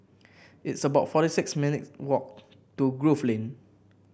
it's about forty six minutes' walk to Grove Lane